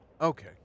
Okay